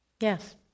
Yes